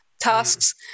tasks